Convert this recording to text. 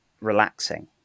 relaxing